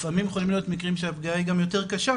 לפעמים יכולים להיות מקרים שהפגיעה היא גם יותר קשה,